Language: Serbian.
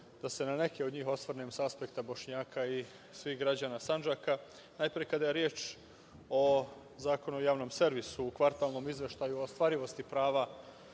da se na neke od njih osvrnem, sa aspekta Bošnjaka i svih građana Sandžaka. Kada je reč o Zakonu o Javnom servisu, u kvartalnom izveštaju o ostvarivosti prava